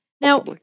Now